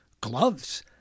gloves